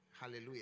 Hallelujah